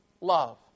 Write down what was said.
love